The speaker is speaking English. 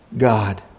God